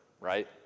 right